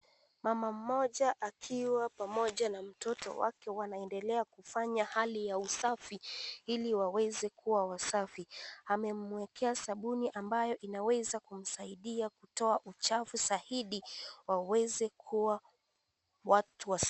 Mama mmoja akiwa pamoja na mtoto wake anaendelea kufanya hali ya usafi ili wawezekuwa wasafi, amemuwekea sabuni ambayo inaweza kumsaidia kutoa uchafu zaidi wawezekuwa watu wasafi.